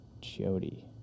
Jody